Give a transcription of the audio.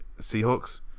Seahawks